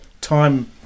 time